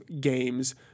games